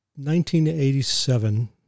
1987